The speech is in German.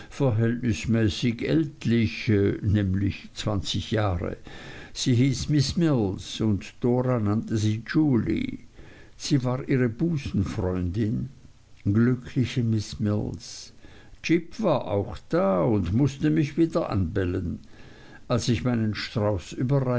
verhältnismäßig ältlich nämlich zwanzig jahre sie hieß miß mills und dora nannte sie julie sie war ihre busenfreundin glückliche miß mills jip war auch da und mußte mich wieder anbellen als ich meinen strauß